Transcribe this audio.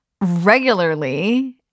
regularly